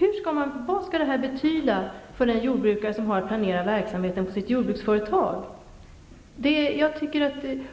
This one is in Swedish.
Vad betyder det här för jordbrukare som har att planera verksamheten vid sitt jordbruksföretag?